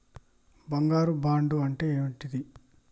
బంగారు బాండు అంటే ఏంటిది?